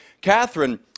Catherine